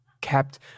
kept